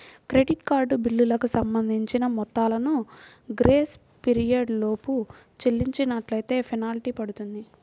credit card బిల్లులకు సంబంధించిన మొత్తాలను గ్రేస్ పీరియడ్ లోపు చెల్లించనట్లైతే ఫెనాల్టీ పడుతుంది